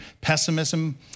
pessimism